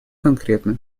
конкретны